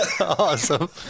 Awesome